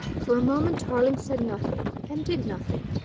for a moment tarling said nothing and did nothing.